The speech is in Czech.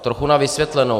Trochu na vysvětlenou.